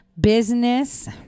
business